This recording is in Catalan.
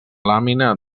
làmina